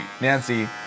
Nancy